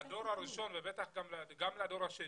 לדור הראשון ובטח גם לדור השני,